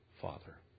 Father